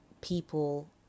people